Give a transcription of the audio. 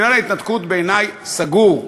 עניין ההתנתקות בעיני סגור,